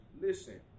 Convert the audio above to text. listen